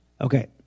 Okay